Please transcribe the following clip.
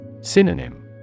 Synonym